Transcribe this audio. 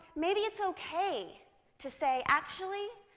maybe it's ok to say, actually,